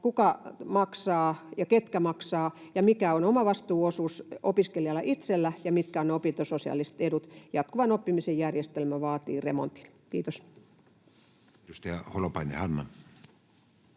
kuka tuottaa, ketkä maksavat, mikä on omavastuuosuus opiskelijalla itsellä ja mitkä ovat opintososiaaliset edut. Jatkuvan oppimisen järjestelmä vaatii remontin. — Kiitos.